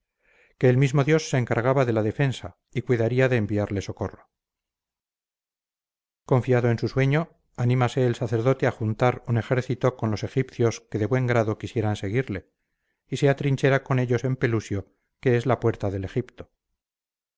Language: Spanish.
que el mismo dios se encargaba de la defensa y cuidaría de enviarle socorro confiado en su sueño anímase el sacerdote a juntar un ejército con los egipcios que de buen grado quisieran seguirle y se atrinchera con ellos en pelusio que es la puerta del egipto